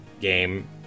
game